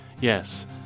Yes